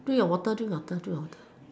drink your water drink your water drink your water